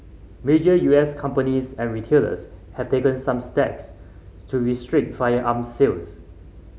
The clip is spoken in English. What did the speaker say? major U S companies and retailers have taken some steps to restrict firearm sales